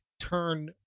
turn